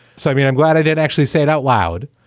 so i mean, i'm glad i did actually say it out loud.